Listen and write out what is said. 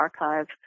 archive